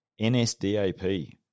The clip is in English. NSDAP